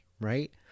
right